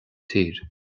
tír